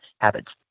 habits